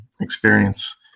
experience